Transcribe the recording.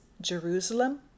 Jerusalem